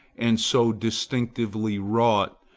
and so distinctly wrought,